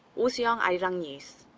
oh soo-young, arirang news.